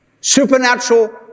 Supernatural